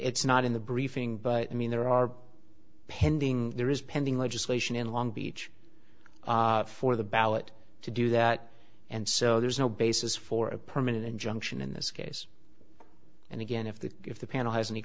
it's not in the briefing but i mean there are pending there is pending legislation in long beach for the ballot to do that and so there is no basis for a permanent injunction in this case and again if the if the panel has any